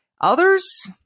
Others